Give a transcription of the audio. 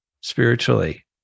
spiritually